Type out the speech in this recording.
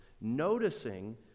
noticing